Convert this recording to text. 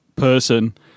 person